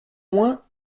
moins